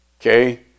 Okay